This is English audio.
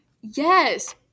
Yes